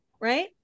right